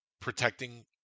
protecting